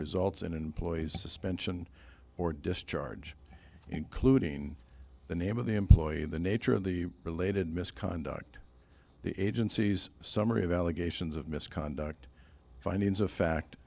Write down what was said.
results in an employee's suspension or discharge including the name of the employee in the nature of the related misconduct the agency's summary of allegations of misconduct findings of fact